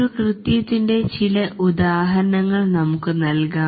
ഒരു കൃത്യത്തിൻറെ ചില ഉദാഹരണങ്ങൾ നമുക് നൽകാം